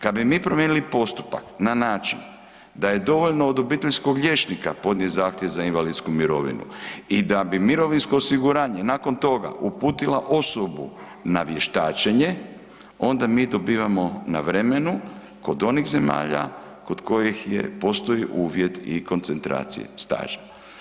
Kada bi mi promijenili postupak na način da je dovoljno od obiteljskog liječnika podnijeti zahtjev za invalidsku mirovinu i da bi mirovinsko osiguranje nakon toga uputila osobu na vještačenje onda mi dobivamo na vremenu kod onih zemalja kod kojih postoji uvjet i koncentracije staža.